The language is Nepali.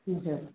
हजुर